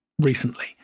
recently